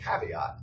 caveat